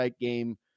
game